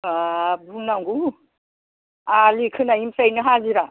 हाब बुंनांगौ आलि खोनायनिफ्रायनो हाजिरा